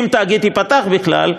אם התאגיד ייפתח בכלל,